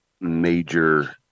major